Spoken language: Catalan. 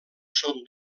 són